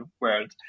world